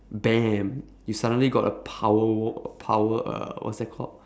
bam you suddenly got a power w~ power uh what's that called